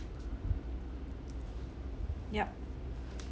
yup